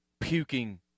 puking